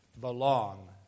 belong